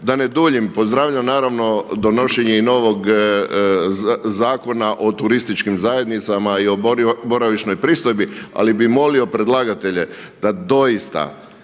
da ne duljim pozdravljam donošenje i novog Zakona o turističkim zajednicama i boravišnoj pristojbi, ali bi molio predlagatelje da doista